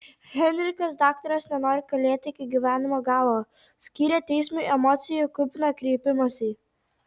henrikas daktaras nenori kalėti iki gyvenimo galo skyrė teismui emocijų kupiną kreipimąsi